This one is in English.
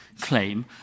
claim